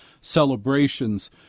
celebrations